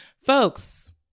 Folks